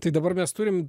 tai dabar mes turim